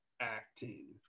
acting